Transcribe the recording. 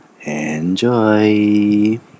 enjoy